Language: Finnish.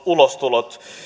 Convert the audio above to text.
ulostulot